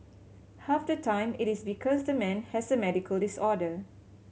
half the time it is because the man has a medical disorder